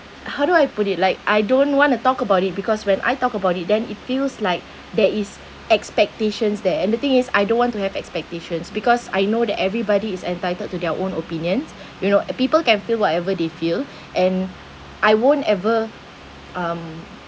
how do I put it like I don't want to talk about it because when I talk about it then it feels like there is expectations there and the thing is I don't want to have expectations because I know that everybody is entitled to their own opinions you know uh people can feel whatever they feel and I won't ever um